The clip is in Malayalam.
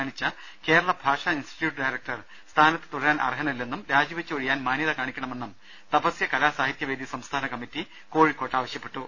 മാനിച്ച കേരള ഭാഷാ ഇൻസ്റ്റിറ്റ്യൂട്ട് ഡയറക്ടർ സ്ഥാനത്ത് തുടരാൻ അർഹ നല്ലെന്നും രാജിവെച്ച് ഒഴിയാൻ മാന്യത കാണിക്കണമെന്നും തപസ്യ കലാസാഹിതൃവേദി സംസ്ഥാന കമ്മിറ്റി കോഴിക്കോട്ട് ആവശൃപ്പെട്ടു